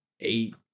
eight